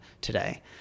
today